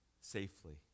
safely